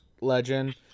legend